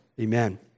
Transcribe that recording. Amen